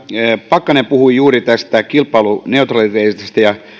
pakkanen puhui juuri tästä kilpailuneutraliteetista ja